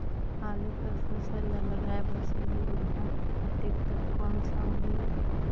आलू कर फसल ल लगाय बर सबले बढ़िया टेक्टर कोन सा होही ग?